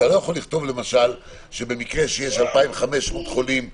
אתה לא יכול לכתוב למשל שבמקרה שיש 2,500 חולים בארץ,